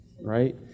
Right